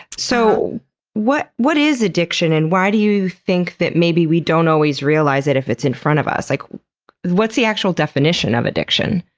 so what what is addiction and why do you think that maybe we don't always realize it if it's in front of us? like what's the actual definition of addiction?